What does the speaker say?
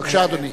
בבקשה, אדוני.